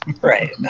right